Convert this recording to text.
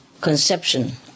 conception